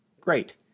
great